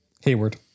Hayward